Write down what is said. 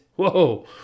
Whoa